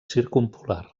circumpolar